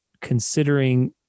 considering